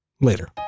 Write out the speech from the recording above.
Later